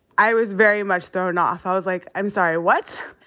i was very much thrown off. i was like, i'm sorry, what?